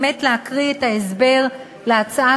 באמת להקריא את ההסבר של ההצעה,